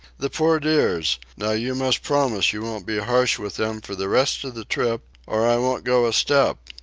the poor dears! now you must promise you won't be harsh with them for the rest of the trip, or i won't go a step.